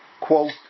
quote